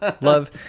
Love